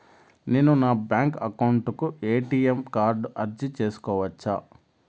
నేను నా bank account కు ఎ.టి.ఎం కార్డు అర్జీ సేసుకోవచ్చా?